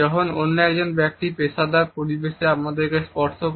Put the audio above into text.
যখন অন্য একজন ব্যক্তি পেশাদার পরিবেশে আমাদের স্পর্শ করে